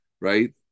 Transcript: right